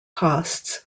costs